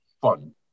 fun